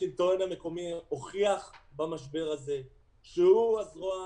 השלטון המקומי הוכיח במשבר הזה שהוא הזרוע האמיתית,